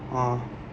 ah